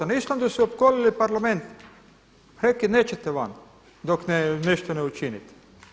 Na Islandu su opkolili parlament, rekli: Nećete van dok nešto ne učinite.